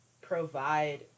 provide